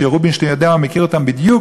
שרובינשטיין מכיר אותם בדיוק